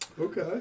Okay